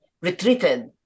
retreated